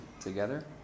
together